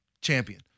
champion